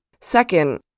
Second